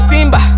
Simba